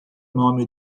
nome